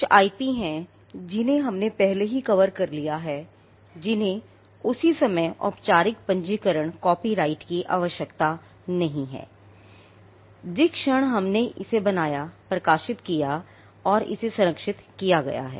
कुछ आईपी हैं जिन्हें हमने पहले ही कवर कर लिया है जिन्हें उसी समय औपचारिक पंजीकरण कॉपीराइट की आवश्यकता नहीं है जिस क्षण इसे बनाया गयाप्रकाशित किया गया है और इसे संरक्षित किया गया है